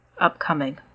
upcoming